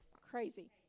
crazy